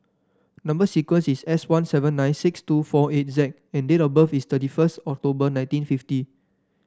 number sequence is S one seven nine six two four eight Z and date of birth is thirty first October nineteen fifty